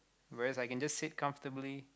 whereas I can just sit comfortably